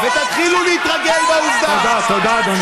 ותתחילו להתרגל לעובדה, תודה, תודה, אדוני.